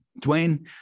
Dwayne